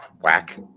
whack